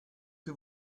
que